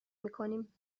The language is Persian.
میکنیم